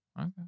Okay